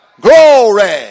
Glory